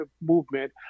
movement